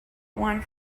one